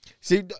See